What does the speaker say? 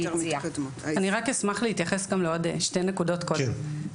אני רק אשמח להתייחס לעוד שתי נקודות קודם.